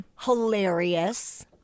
Hilarious